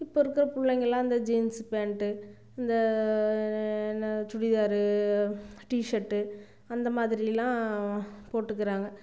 இப்போ இருக்கிற பிள்ளைங்கள்லாம் இந்த ஜீன்ஸ் பேண்ட் இந்த என்ன சுடிதார் டீ ஷர்ட் அந்த மாதிரிலாம் போட்டுக்கிறாங்க